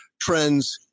trends